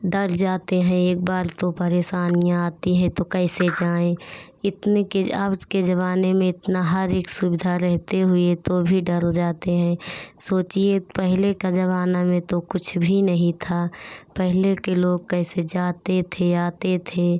डर जाते हैं एक बार तो परेशानियाँ आती हैं तो कैसे जाएँ इतने के अब के ज़माने में इतनी हर एक सुविधा रहते हुए तो भी डर जाते हैं सोचिए पहले के ज़माना में तो कुछ भी नहीं था पहले के लोग कैसे जाते थे आते थे